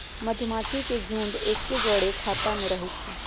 मधूमाछि के झुंड एके जौरे ख़ोता में रहै छइ